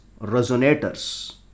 resonators